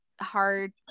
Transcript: hard